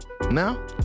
Now